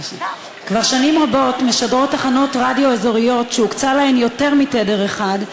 כבר שנים רבות משדרות תחנות רדיו אזוריות שהוקצה להן יותר מתדר אחד,